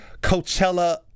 Coachella